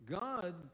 God